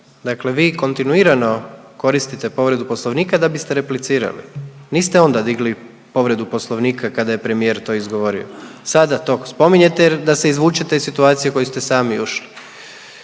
Dakle vi kontinuirano koristite povredu Poslovnika da biste replicirali. Niste onda digli povredu Poslovnika kada je premijer to izgovorio. Sada to spominjete da se izvučete iz situacije u koju ste sami ušli.